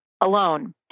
alone